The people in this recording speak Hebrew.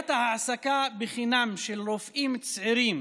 בעיית ההעסקה חינם של רופאים צעירים